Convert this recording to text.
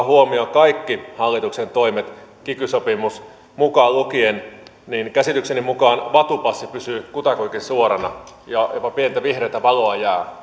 huomioon kaikki hallituksen toimet kiky sopimus mukaan lukien niin käsitykseni mukaan vatupassi pysyy kutakuinkin suorana ja jopa pientä vihreätä valoa